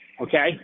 Okay